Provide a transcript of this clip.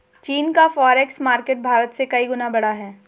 चीन का forex market Bharat से कई गुना बड़ा है